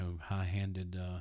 high-handed